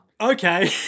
Okay